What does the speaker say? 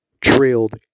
trailed